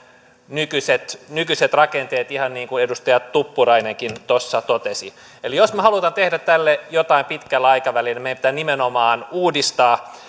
nykyiset nykyiset rakenteet ihan niin kuin edustaja tuppurainenkin tuossa totesi eli jos me haluamme tehdä tälle jotain pitkällä aikavälillä niin meidän pitää nimenomaan uudistaa